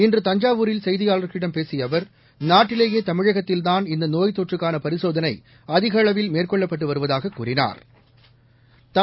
இன்று தஞ்சாவூரில் செய்தியாளர்களிடம் பேசியஅவர் நாட்டிலேயேதமிழகத்தில்தான் இந்தநோய் தொற்றுக்கானபரிசோதனைஅதிகஅளவில் மேற்கொள்ளப்பட்டுவருவதாகக் கூறினாா்